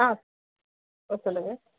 ஆ ஓ சொல்லுங்க